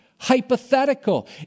hypothetical